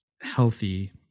healthy